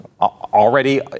already